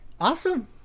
awesome